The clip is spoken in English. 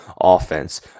offense